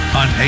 on